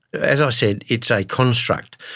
as i said, it's a construct.